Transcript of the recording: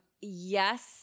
yes